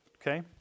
Okay